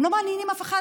הם לא מעניינים אף אחד,